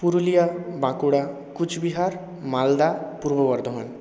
Purulia Bankura Coochbehar Malda Purba Bardhaman